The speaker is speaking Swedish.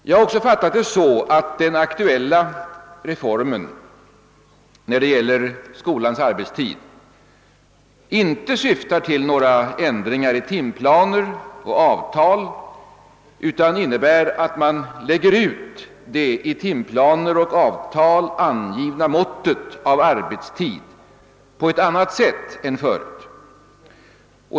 Jag har också fattat det så att den aktuella reformen när det gäller skolans arbetstid inte syftar till några ändringar i timplaner och avtal utan innebär att man lägger ut det i timplaner och avtal angivna måttet av arbetstid på ett annat sätt än förut.